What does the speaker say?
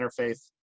interfaith